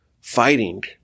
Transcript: fighting